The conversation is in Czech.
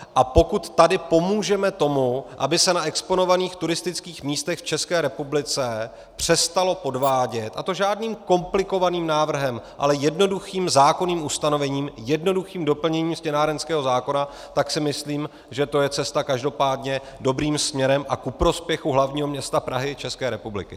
A pokud tady pomůžeme tomu, aby se na exponovaných turistických místech v České republice přestalo podvádět, a to žádným komplikovaným návrhem, ale jednoduchým zákonným ustanovením, jednoduchým doplněním směnárenského zákona, tak si myslím, že to je cesta každopádně dobrým směrem a ku prospěchu hlavního města Prahy a České republiky.